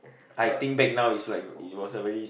I think back now is like it was a very